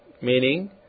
meaning